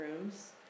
rooms